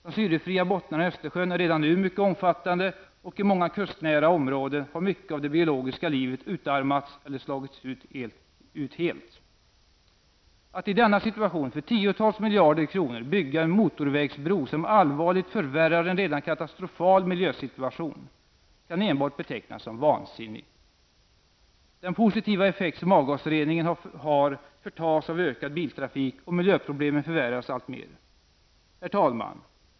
De syrefria bottnarna i Östersjön är redan nu mycket omfattande, och i många kustnära områden har mycket av det biologiska livet utarmats eller slagits ut helt. Att i denna situation för tiotals miljarder kronor bygga en motorvägsbro som allvarligt förvärrar en redan katastrofal miljösituation kan enbart betecknas som vansinnigt. Den positiva effekt som avgasreningen har förtas av ökad biltrafik, och miljöproblemen förvärras alltmer. Herr talman!